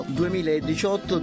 2018